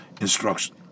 instruction